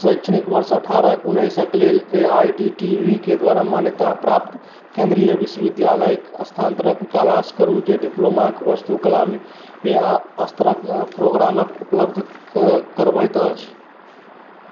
शैक्षणिक वर्ष अठारह उनैसक लेल A I D T E के द्वारा मान्यताप्राप्त केन्द्रीय विश्वविद्यालयक स्थानान्तरक तलाश करू जे डिप्लोमाके वस्तुकलामे अ अस्तरके प्रोग्राम उपलब्ध करबैत अछि